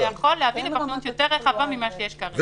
שזה יכול ל --- יותר רחבה ממה שיש כרגע.